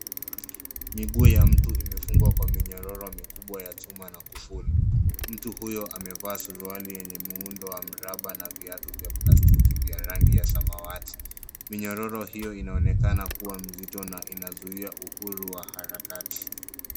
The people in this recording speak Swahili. Miguu ya mtu imefungwa kwa minyororo mikubwa ya chuma na kufuli. Mtu huyo amevaa suruali yenye muundo wa muraba na viatu vya plastiki vya rangi ya samawati. Minyororo hiyo inaonekana kuwa mzito na unazuia uhuru wa harakati.